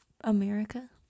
America